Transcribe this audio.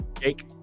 Jake